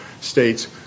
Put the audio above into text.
states